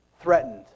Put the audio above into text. threatened